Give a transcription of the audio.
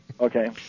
Okay